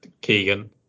Keegan